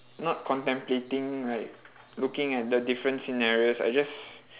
not contemplating like looking at the different scenarios I just